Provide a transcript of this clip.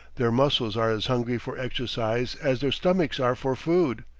their muscles are as hungry for exercise as their stomachs are for food.